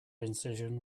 incision